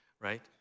right